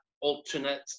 alternate